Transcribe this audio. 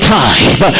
time